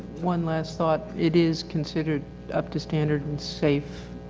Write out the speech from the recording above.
one last thought it is considered up to standard and safe.